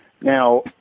Now